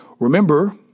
Remember